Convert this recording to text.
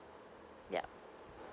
yup